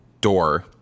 door